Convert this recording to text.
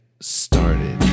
started